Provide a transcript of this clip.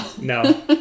No